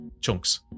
chunks